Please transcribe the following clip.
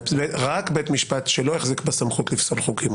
רק בית משפט שלא החזיק בסמכות לפסול חוקים,